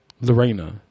Lorena